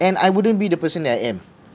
and I wouldn't be the person that I am